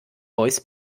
voice